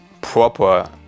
proper